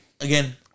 again